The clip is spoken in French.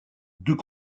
deux